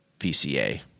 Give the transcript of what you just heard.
VCA